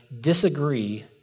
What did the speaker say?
disagree